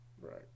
right